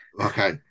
Okay